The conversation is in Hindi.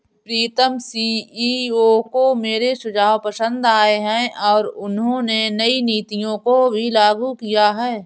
प्रीतम सी.ई.ओ को मेरे सुझाव पसंद आए हैं और उन्होंने नई नीतियों को लागू भी किया हैं